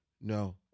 no